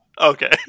Okay